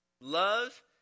Love